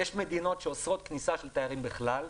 יש מדינות שאוסרות כניסה של תיירים בכלל.